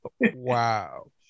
Wow